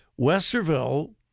westerville